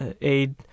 aid